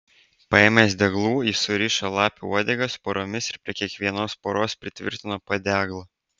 paėmęs deglų jis surišo lapių uodegas poromis ir prie kiekvienos poros pritvirtino po deglą